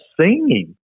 singing